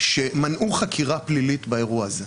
שמנעו חקירה פלילית באירוע הזה,